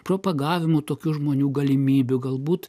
propagavimu tokių žmonių galimybių galbūt